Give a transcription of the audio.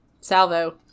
Salvo